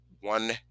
one